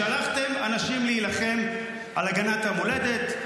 שלחתם אנשים להילחם על הגנת המולדת,